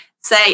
say